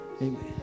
Amen